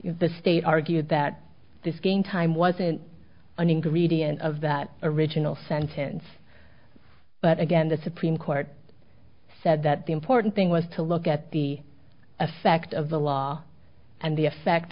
the state argued that this gametime wasn't an ingredient of that original sentence but again the supreme court said that the important thing was to look at the effect of the law and the effect